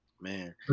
Man